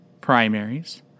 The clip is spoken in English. primaries